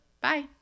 Bye